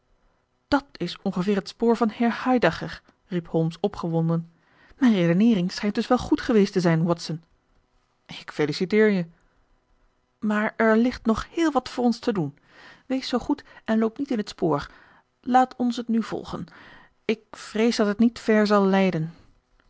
dat is ongeveer het spoor van herr heidegger riep holmes opgewonden mijn redeneering schijnt dus wel goed geweest te zijn watson ik feliciteer je maar er ligt nog heel wat voor ons te doen wees zoo goed en loop niet in het spoor laat ons het nu volgen ik vrees dat het niet ver zal leiden